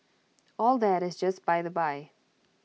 all that is just by the by